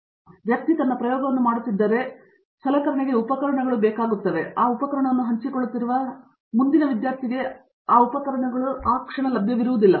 ಆದ್ದರಿಂದ ಒಂದು ವ್ಯಕ್ತಿ ತನ್ನ ಪ್ರಯೋಗವನ್ನು ಮಾಡುತ್ತಿದ್ದರೆ ಆ ಸಲಕರಣೆಗೆ ಉಪಕರಣಗಳು ಒಳಪಟ್ಟಿರುತ್ತದೆ ಅಂದರೆ ಉಪಕರಣವನ್ನು ಹಂಚಿಕೊಳ್ಳುತ್ತಿರುವ ಮುಂದಿನ ವಿದ್ಯಾರ್ಥಿಗೆ ಅದು ಲಭ್ಯವಿಲ್ಲ